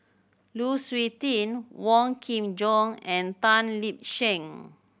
Lu Suitin Wong Kin Jong and Tan Lip Seng